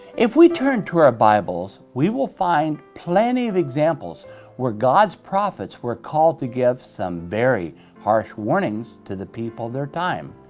if we turn to our bibles, we will find plenty of examples where god's prophets were called to give some very harsh warnings to the people of their time.